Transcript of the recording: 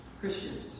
Christians